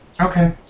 Okay